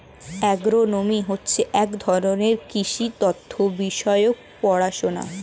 agronomy হচ্ছে এক ধরনের কৃষি তথ্য বিষয়ক পড়াশোনা